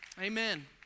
Amen